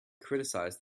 criticized